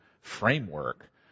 framework